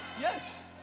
Yes